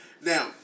Now